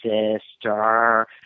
sister